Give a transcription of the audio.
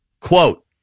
quote